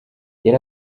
yari